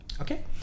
okay